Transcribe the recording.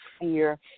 fear